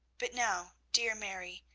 but now, dear mary,